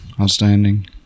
outstanding